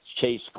Chase